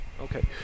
okay